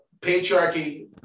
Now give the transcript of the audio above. patriarchy